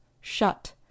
shut